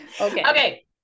okay